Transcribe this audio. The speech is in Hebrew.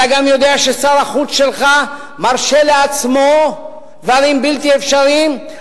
אתה גם יודע ששר החוץ שלך מרשה לעצמו דברים בלתי אפשריים,